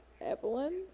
Evelyn